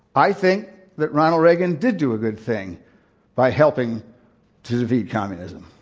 i think that ronald reagan did do a good thing by helping to defeat communism.